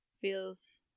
feels